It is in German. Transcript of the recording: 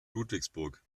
ludwigsburg